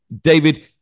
David